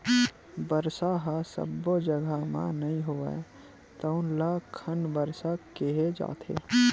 बरसा ह सब्बो जघा म नइ होवय तउन ल खंड बरसा केहे जाथे